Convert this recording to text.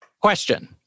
Question